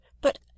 But